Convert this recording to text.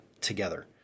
together